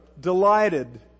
delighted